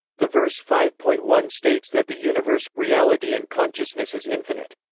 the verse five point one states that the universe, reality and consciousness is infinite.